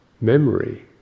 Memory